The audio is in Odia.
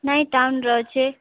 ନାଇଁ ଟାଉନ୍ର ଅଛି